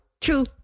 True